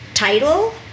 Title